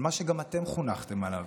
על מה שגם אתם חונכתם עליו.